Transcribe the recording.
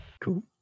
cool